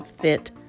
fit